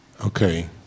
Okay